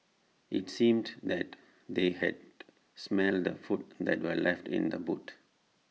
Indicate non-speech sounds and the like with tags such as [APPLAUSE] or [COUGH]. IT seemed that they had [NOISE] smelt the food that were left in the boot